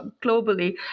globally